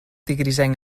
grisenc